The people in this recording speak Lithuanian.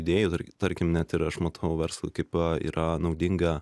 idėjų tarkim net ir aš matau verslui kaip yra naudinga